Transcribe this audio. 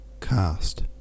cast